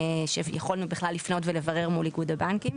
שיכולנו בכלל לפנות ולברר מול איגוד הבנקים.